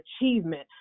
achievement